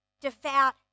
devout